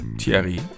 Thierry